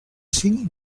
cinc